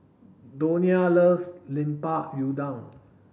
Donia loves Lemper Udang